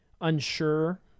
unsure